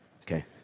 okay